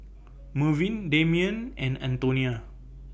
Mervyn Damion and Antonia